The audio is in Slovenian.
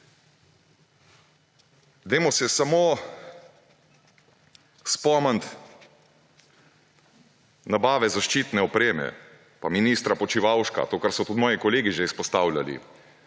Spomnimo se samo nabave zaščitne opreme, pa ministra Počivalška; to, kar so tudi moji kolegi že izpostavljali.